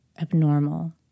abnormal